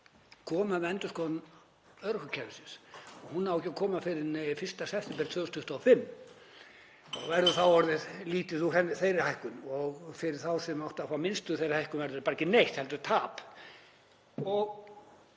koma með endurskoðun örorkukerfisins og hún á ekki að koma fyrr en 1. september 2025 og þá verður orðið lítið úr þeirri hækkun og fyrir þá sem áttu að fá minnstu hækkun verður ekki bara ekki neitt, heldur tap.